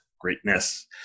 greatness